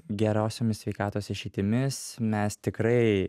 gerosiomis sveikatos išeitimis mes tikrai